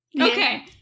Okay